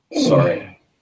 sorry